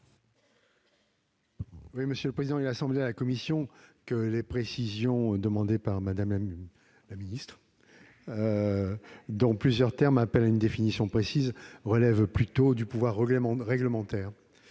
la commission ? Il a semblé à la commission que les précisions demandées par Mme Rossignol, dont plusieurs termes appellent une définition précise, relèvent plutôt du pouvoir réglementaire.